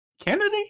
Kennedy